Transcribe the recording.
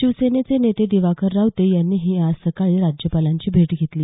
शिवसेनेचे नेते दिवाकर रावते यांनीही आज सकाळी राज्यपालांची भेट घेतली